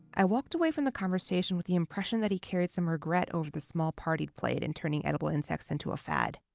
i walked away from the conversation with the impression that he carried some regret over the small part he'd played in turning edible insects into a fad